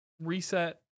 reset